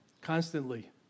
constantly